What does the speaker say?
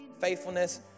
faithfulness